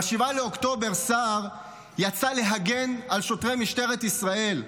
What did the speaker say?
ב-7 באוקטובר סער יוצא להגן על שוטרי משטרת ישראל,